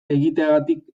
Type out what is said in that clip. egiteagatik